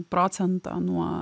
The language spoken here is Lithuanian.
procentą nuo